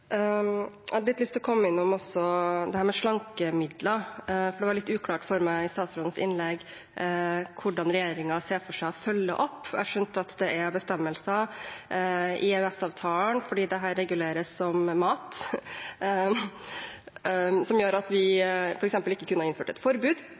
Jeg har litt lyst til også å komme innom dette med slankemidler, for det var litt uklart for meg i statsrådens innlegg hvordan regjeringen ser for seg å følge opp. Jeg har skjønt at det er bestemmelser i EØS-avtalen fordi dette reguleres som mat, som gjør at vi